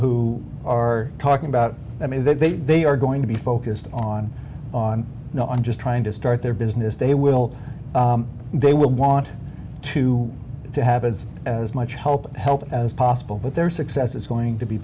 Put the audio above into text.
who are talking about i mean they they are going to be focused on on no i'm just trying to start their business they will they will want to have as as much help help as possible but their success is going to be